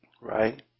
Right